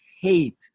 hate